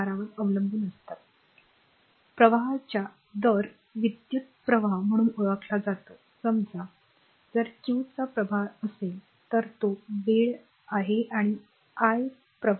तर हालचालींच्या शुल्कामुळे होणारे विद्युतीय प्रभाव चार्ज प्रवाहाच्या दरावर अवलंबून असतात प्रवाहाच्या प्रवाहाचा दर विद्युत प्रवाह म्हणून ओळखला जातो समजा जर क्यूचा प्रभार असेल तर तो वेळ आहे आणि आय प्रवाह आहे